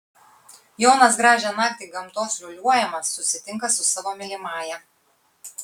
jonas gražią naktį gamtos liūliuojamas susitinka su savo mylimąja